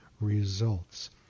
results